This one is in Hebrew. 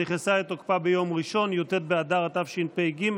שנכנסה לתוקפה ביום ראשון, י"ט באדר התשפ"ג,